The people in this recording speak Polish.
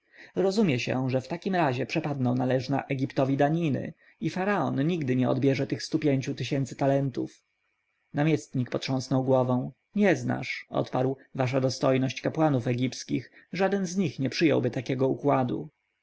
rozumie się że w takim razie przepadną należne egiptowi daniny i faraon nigdy nie odbierze tych stu pięciu tysięcy talentów namiestnik potrząsnął głową nie znasz odparł wasza dostojność kapłanów egipskich żaden z nich nie przyjąłby takiego układu